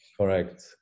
Correct